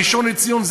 הראשון לציון,